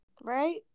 right